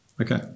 Okay